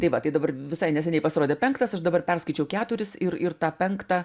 tai va tai dabar visai neseniai pasirodė penktas aš dabar perskaičiau keturis ir ir tą penktą